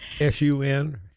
S-U-N